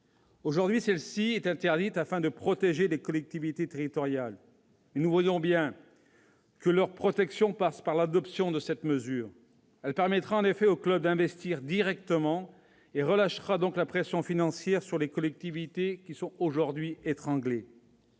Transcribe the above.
Aujourd'hui, celle-ci est interdite, afin de protéger les collectivités territoriales, mais, nous le voyons bien, la protection de ces dernières passe par l'adoption d'une telle mesure : elle permettra en effet aux clubs d'investir directement et relâchera donc la pression financière sur les collectivités, qui sont aujourd'hui étranglées.